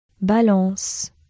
balance